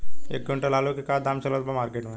एक क्विंटल आलू के का दाम चलत बा मार्केट मे?